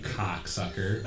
cocksucker